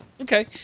Okay